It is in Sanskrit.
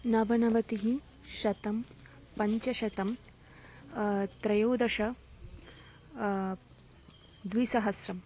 नवनवतिः शतं पञ्चशतं त्रयोदश द्विसहस्रम्